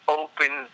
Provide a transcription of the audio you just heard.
open